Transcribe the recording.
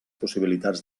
possibilitats